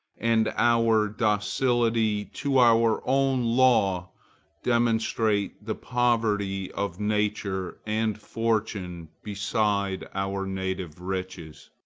and our docility to our own law demonstrate the poverty of nature and fortune beside our native riches.